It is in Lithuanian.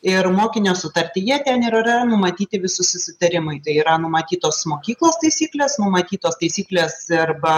ir mokinio sutartyje ten ir yra numatyti visi susitarimai tai yra numatytos mokyklos taisyklės numatytos taisyklėse arba